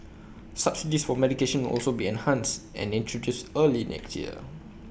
subsidies for medication will also be enhanced and introduced early next year